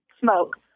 smoke